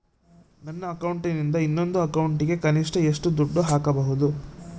ನನ್ನ ಅಕೌಂಟಿಂದ ಇನ್ನೊಂದು ಅಕೌಂಟಿಗೆ ಕನಿಷ್ಟ ಎಷ್ಟು ದುಡ್ಡು ಹಾಕಬಹುದು?